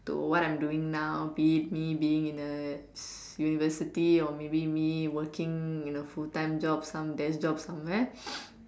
to what I'm doing now be it me being in a university or maybe me working in a full time job some desk job somewhere